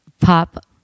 pop